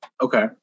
Okay